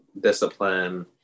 discipline